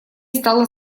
стало